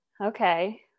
Okay